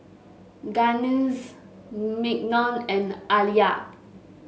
Gaines Mignon and Aliyah